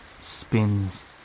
spins